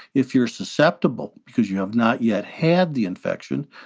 if you're susceptible because you have not yet had the infection,